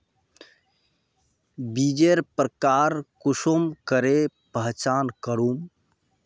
बीजेर प्रकार कुंसम करे पहचान करूम?